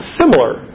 similar